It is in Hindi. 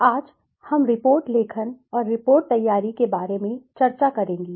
आज हम रिपोर्ट लेखन और रिपोर्ट तैयारी के बारे में चर्चा करेंगे